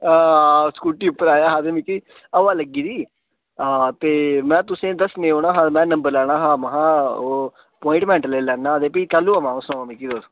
हां स्कूटी उप्पर आया हा ते मिगी हवा लग्गी दी हां ते में तुसें ई दस्सने ई औना हा में नंबर लैना हां महां ओह् अपाइंटमेंट लेई लैन्ना आं ते भी कैह्ल्लूं आवां सनाओ मिगी तुस